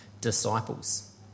disciples